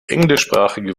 englischsprachige